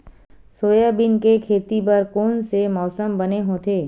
Soybean के खेती बर कोन से मौसम बने होथे?